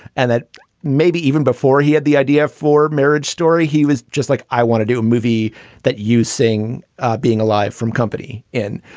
and that maybe even before he had the idea for marriage story, he was just like, i want to do a movie that you sing being alive from company in.